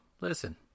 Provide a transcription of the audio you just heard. listen